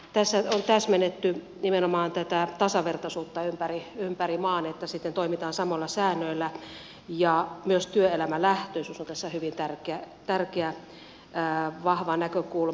tässä on täsmennetty nimenomaan tätä tasavertaisuutta ympäri maan niin että sitten toimitaan samoilla säännöillä ja myös työelämälähtöisyys on tässä hyvin tärkeä vahva näkökulma